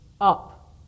up